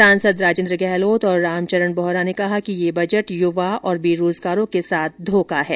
सांसद राजेन्द्र गहलोत और रामचरण बोहरा ने कहा कि यह बजट युवा और बेरोजगारों के साथ धोखा है